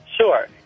sure